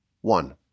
one